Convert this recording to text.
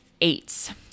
eight